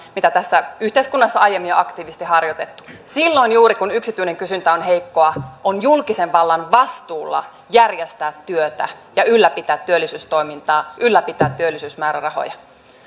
mitä tässä yhteiskunnassa aiemmin on aktiivisesti harjoitettu silloin juuri kun yksityinen kysyntä on heikkoa on julkisen vallan vastuulla järjestää työtä ja ylläpitää työllisyystoimintaa ylläpitää työllisyysmäärärahoja